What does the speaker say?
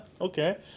Okay